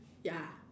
ya